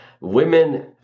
women